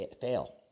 fail